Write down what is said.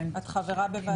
את חברה בוועדה?